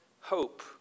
hope